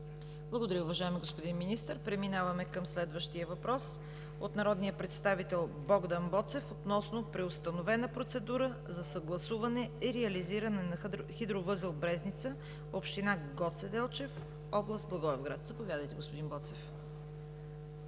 Благодаря Ви, уважаеми господин Министър. Преминаваме към следващия въпрос от народния представител Богдан Боцев относно преустановена процедура за съгласуване и реализиране на хидровъзел „Брезница“, община Гоце Делчев, област Благоевград. Заповядайте, господин Боцев.